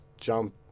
jump